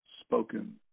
Spoken